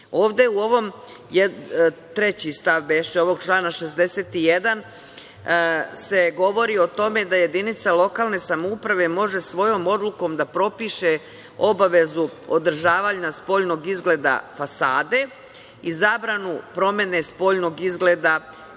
Ovde u ovom, treći stav člana 61, se govori o tome da jedinica lokalne samouprave može svojom odlukom da propiše obavezu održavanja spoljnog izgleda fasade i zabranu promene spoljnog izgleda